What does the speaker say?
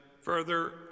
further